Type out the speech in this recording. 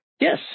Yes